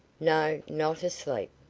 no, not asleep.